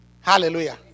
Hallelujah